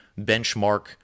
benchmark